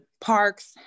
parks